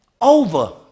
over